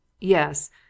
Yes